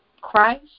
Christ